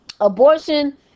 abortion